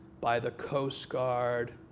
by the coast guard,